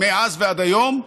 מאז ועד היום,